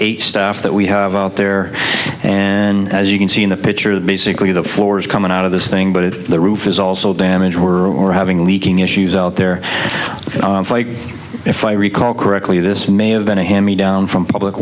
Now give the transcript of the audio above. eight stuff that we have out there and as you can see in the picture of basically the floors coming out of this thing but it the roof is also damaged were having leaking issues out there if i recall correctly this may have been a hammy down from public